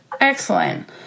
Excellent